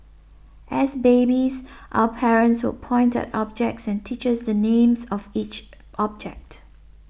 as babies our parents would point at objects and teaches the names of each object